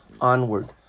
onward